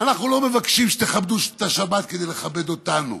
אנחנו לא מבקשים שתכבדו את השבת כדי לכבד אותנו.